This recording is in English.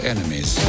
enemies